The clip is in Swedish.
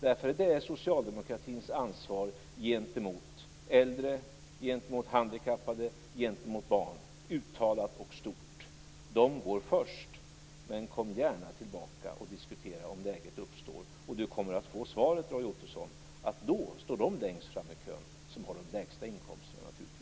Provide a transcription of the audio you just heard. Det är socialdemokratins uttalade ansvar gentemot äldre, gentemot handikappade och gentemot barn. De går först. Men kom gärna tillbaka och diskutera frågan när läget uppstår. Då kommer Roy Ottosson få svaret att de som har de lägsta inkomsterna står längst fram i kön.